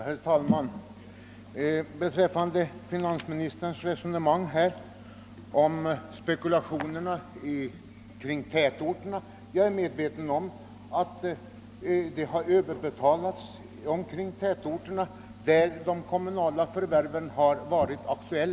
Herr talman! Med anledning av finansministerns resonemang om markspekulationerna kring tätorterna vill jag säga att jag är medveten om att det betalats för mycket vid kommunala förvärv utanför tätorter.